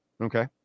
Okay